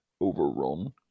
overrun